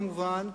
כמובן,